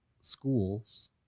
schools